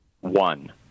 One